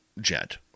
jet